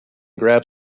grabbed